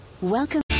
Welcome